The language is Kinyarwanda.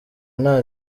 nta